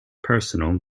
personal